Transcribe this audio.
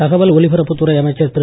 தகவல் ஒலிபரப்புத் துறை அமைச்சர் திரு